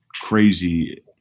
crazy